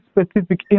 specific